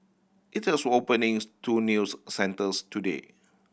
it is openings two news centres today